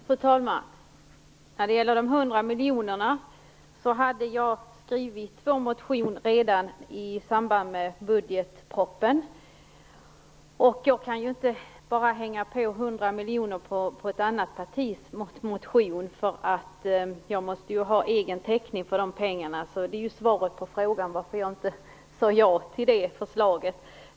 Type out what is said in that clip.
Fru talman! När det gäller de 100 miljonerna hade jag redan skrivit två motioner i samband med budgetpropositionen. Jag kan inte bara hänga på 100 miljoner på ett annat partis motion. Jag måste ju ha egen täckning för de pengarna. Det är svaret på frågan varför jag inte sade ja till det förslaget.